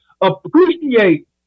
appreciate